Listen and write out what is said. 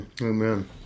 Amen